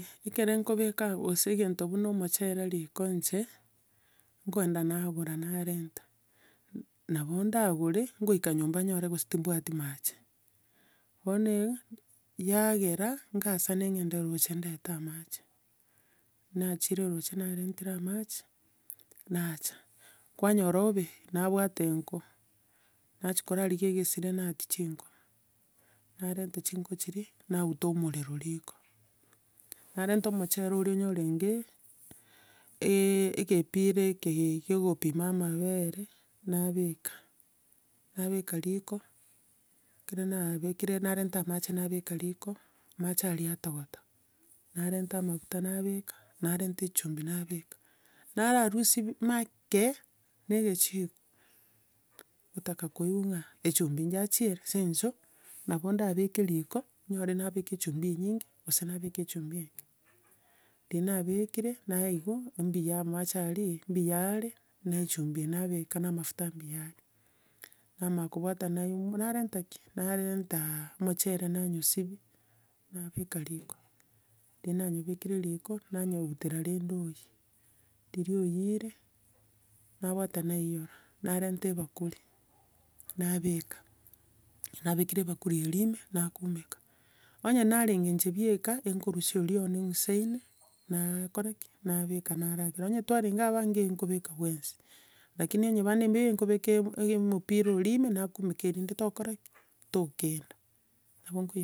Ekero nkobeka gose egento buna omochere riko inche, nkogenda nagora narenta, nabo ndagore, ngoika nyomba nyore gose timbwati mache. Bono eye, yagera ngasane ng'ende roche ndete amache. Nachire roche narentire amache, nacha. Kwanyora obe, nabwate nko. Nachia korarigia egesire ng'atie chinko. Narenta chinko chiria, nauta omorero riko, narenta omochere oria onya orenge, ekepira eke kia okopima amabere, nabeka, nabeka riko, ekero nabekire narenta amache nabeka riko, amache aria atogota. Narenta amafuta nabeka, narenta echumbi nabeka, nararusia bi- make na egechiko, nkotaka koigwa ng'a echumbi yachieria, ase eng'encho, nabo ndabeke riko nyore nabeka echumbi enyinge gose nabeka echumbi enke. Riria nabekire, naigwa mbuya amache aria mbuyare, na echumbi nabeka na amafuta mbuyare. Namanya kobwata naimo- narenta ki? Narenta omochere nanyosibia, nabeka riko. Riria nanyobekire riko, nanyeutera rende oyie. Riria oyiire, nabwata naiyora, narenta ebakuri, nabeka. Ekero nabekire ebakuri eria ime, nakumeka. Onya narenge nche bieka e nkorusia oria one ong'isaine, nakora ki, nabeka naragera. Onya twarenge abange, nkobeka bwensi. Lakini nonya abande mbaiyo, nkobeka eke- omopira oria ime nakumeka erinde tokora ki? tokenda. Nabo nkoiyeka.